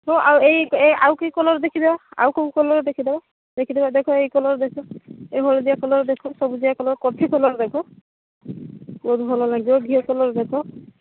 ହଁ ଆଉ ଏଇ ଏ ଆଉ କି କଲର ଦେଖିଦିଅ ଆଉ କେଉଁ କଲର ଦେଖିଦିଅ ଦେଖିଦିଅ ଦେଖ ଏଇ କଲର ଦେଖ ଏଇ ହଳଦିଆ କଲର ଦେଖ ସବୁଜିଆ କଲର କଫି କଲର ଦେଖ ଇଏ ବି ଭଲ ଲାଗିବ ଘିଅ କଲର ଦେଖ